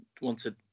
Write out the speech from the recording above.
wanted